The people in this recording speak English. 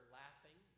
laughing